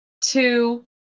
two